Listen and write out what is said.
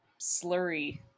slurry